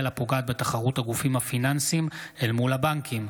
הפוגעת בתחרות הגופים הפיננסיים אל מול הבנקים.